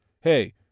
Hey